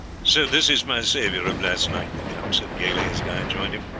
so this is my saviour of last night, the count said gaily as guy joined him.